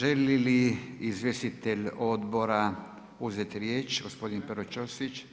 Želi li izvjestitelj odbora uzeti riječ, gospodin Pero Ćosić?